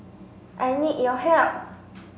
I need your help